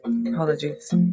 Apologies